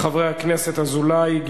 של חברי הכנסת דוד אזולאי,